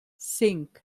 cinc